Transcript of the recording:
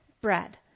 bread